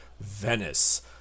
Venice